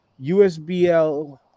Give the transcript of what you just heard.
USBL